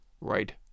Right